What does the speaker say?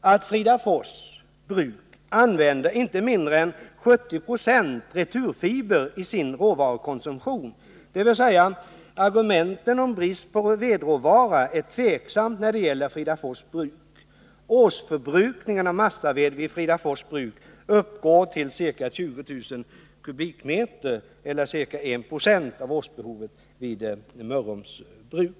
att Fridafors bruk använder inte mindre än 70 96 returfiber i sin råvarukonsumtion, dvs. att argumentet om brist på vedråvara är tveksamt när det gäller Fridafors bruk. Årsförbrukningen av massaved i Fridafors bruk uppgår till ca 20 000 m? eller ca 1 96 av årsbehovet vid Mörrums bruk.